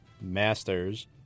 Masters